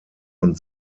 von